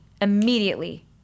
immediately